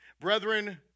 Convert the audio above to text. Brethren